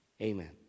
Amen